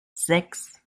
sechs